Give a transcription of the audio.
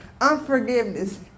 unforgiveness